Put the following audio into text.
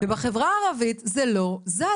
ובחברה הערבית זה לא זז.